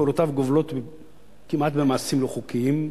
פעולותיו גובלות כמעט במעשים לא חוקיים.